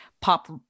pop